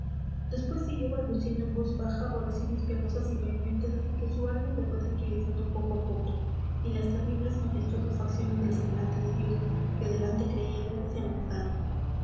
después siguió balbuciendo en voz baja oraciones piadosas y vehementes hasta que su alma se fue tranquilizando poco a poco y las terribles majestuosas facciones del semblante de dios que delante creía ver se